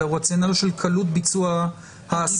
אלא הוא רציונל של קלות ביצוע העסקים,